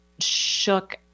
shook